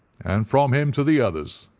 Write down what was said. and from him to the others.